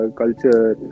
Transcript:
culture